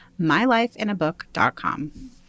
mylifeinabook.com